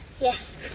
Yes